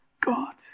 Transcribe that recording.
God